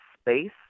space